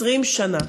20 שנה.